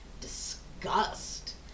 disgust